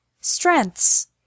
Strengths